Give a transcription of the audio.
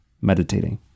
meditating